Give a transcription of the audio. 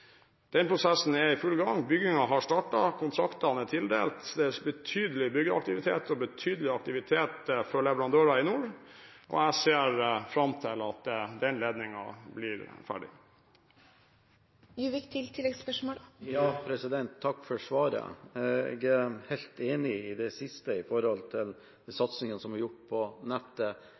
Den prosessen er i full gang, byggingen har startet, kontraktene er tildelt, og det er betydelig byggeaktivitet og betydelig aktivitet for leverandører i nord. Jeg ser fram til at den ledningen blir ferdig. Jeg er helt enig i det siste når det gjelder satsingene som er gjort på nettet